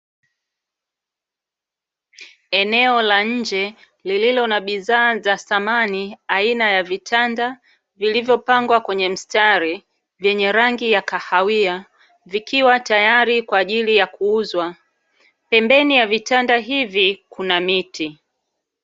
Eneo la nje lililo na bidhaa za samani aina ya vitanda vilivyopangwa kwenye mstari vyenye rangi ya kahawia vikiwa tayari kwa ajili ya kuuzwa, pembeni ya vitanda hivi kuna miti.